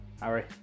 Harry